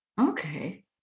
Okay